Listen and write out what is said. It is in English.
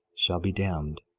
shall be damned.